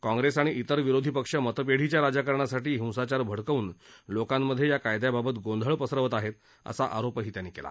काँग्रेस आणि इतर विरोधी पक्ष मतपेढीच्या राजकारणासाठी हिंसाचार भडकवून लोकांमध्ये या कायद्याबाबत गोंधळ पसरवत आहेत असा आरोपही त्यांनी केला